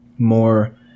More